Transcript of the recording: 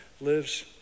lives